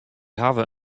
hawwe